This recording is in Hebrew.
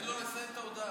אין בעיה, תעלה.